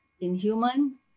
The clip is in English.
inhuman